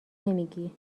نمیگی